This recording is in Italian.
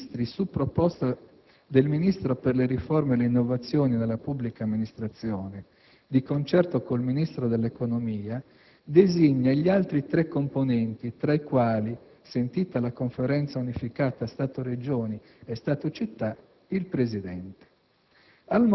Il Presidente del Consiglio dei ministri, su proposta del Ministro per le riforme e le innovazioni nella pubblica amministrazione di concerto con il Ministro dell'economia, designa gli altri tre componenti tra i quali, sentita la Conferenza unificata Stato-Regioni e Stato-Città,